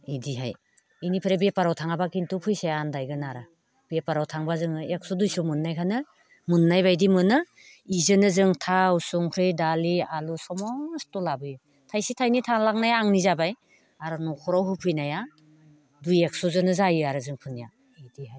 बिदिहाय बेनिफ्राय बेफाराव थाङाबा खिन्थु फैसाया आनदायगोन आरो बेफाराव थाङोबा जोङो एकस' दुइस' मोननायखौनो मोननाय बायदि मोनो बेजोंनो जोङो थाव संख्रि दालि आलु समस्थ' लाबोयो थाइसे थाइनै थालांनाया आंनि जाबाय आरो न'खराव होफैनाया दुइ एकस'जोंनो जायो आरो जोंफोरनिया बिदिहाय